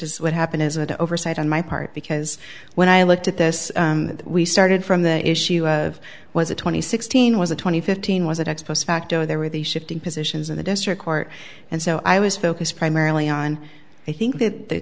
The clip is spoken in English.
is what happened as an oversight on my part because when i looked at this and we started from the issue of was it twenty sixteen was a twenty fifteen was it expos facto they were the shifting positions in the district court and so i was focused primarily on i think that the